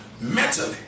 mentally